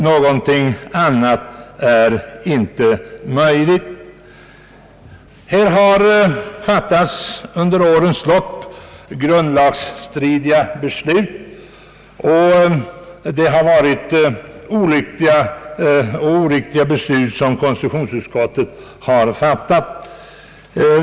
Någonting annat är inte möjligt. Vidare har vi fått veta att det under årens lopp har fattats grundlagsstridiga och olyck liga beslut i konstitutionsutskottet.